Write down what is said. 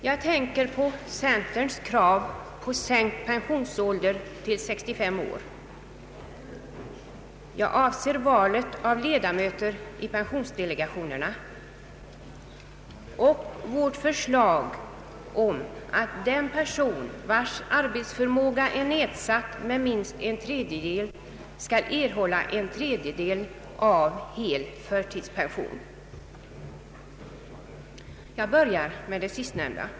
Jag avser centerns krav på sänkt pensionsålder till 65 år, valet av ledamöter i pensionsdelegationerna och vårt förslag om att den person vars arbetsförmåga är nedsatt med minst en tredjedel skulle erhålla en tredjedel av hel förtidspension. Jag börjar med det sistnämnda.